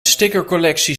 stickercollectie